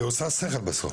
כי היא עושה שכל, בסוף.